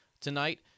tonight